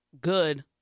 good